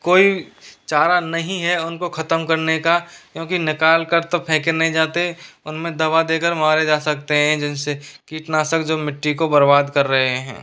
कोई चारा नहीं है उनको खत्म करने का क्योंकि निकाल कर तो फेंकें नहीं जाते उनमें दवा दे कर मारे जा सकते हैं जिनसे कीटनाशक जो मिट्टी को बर्बाद कर रहे हैं